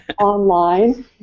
online